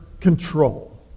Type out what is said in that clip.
control